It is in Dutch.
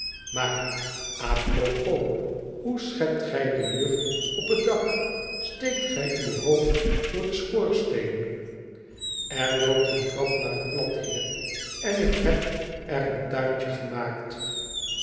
maar k propos hoe schept gij die lucht op het dak steekt gij uw hoofd door den schoorsteen r loopt eene trap naar het plat heer en ik heb er een tuintje gemaakt